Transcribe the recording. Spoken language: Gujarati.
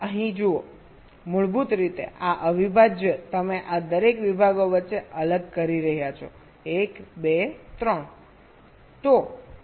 અહીં જુઓ મૂળભૂત રીતે આ અવિભાજ્ય તમે આ દરેક વિભાગો વચ્ચે અલગ કરી રહ્યા છો 1 2 3